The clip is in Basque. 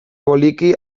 poliki